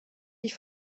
die